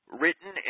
written